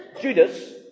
Judas